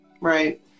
Right